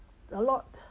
a lot